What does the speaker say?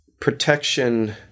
protection